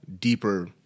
deeper